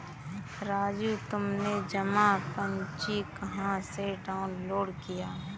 राजू तुमने जमा पर्ची कहां से डाउनलोड किया?